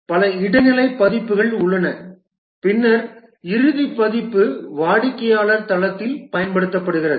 பல இடைநிலை பதிப்புகள் உள்ளன பின்னர் இறுதி பதிப்பு வாடிக்கையாளர் தளத்தில் பயன்படுத்தப்படுகிறது